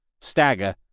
stagger